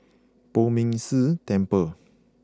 Poh Ming Tse Temple